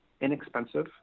inexpensive